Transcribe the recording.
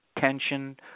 tension